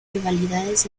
rivalidades